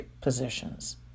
positions